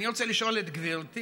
אני רוצה לשאול את גברתי: